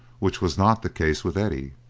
which was not the case with eddie.